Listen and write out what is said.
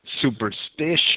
superstition